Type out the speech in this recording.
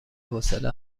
حوصله